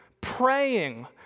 praying